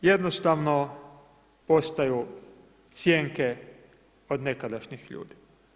I jednostavno postaju sjenke od nekadašnjih ljudi.